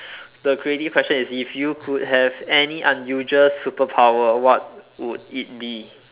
the creative question is if you could have any unusual superpower what would it be